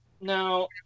now